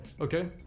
Okay